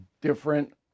different